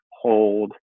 hold